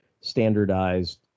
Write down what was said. standardized